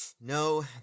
No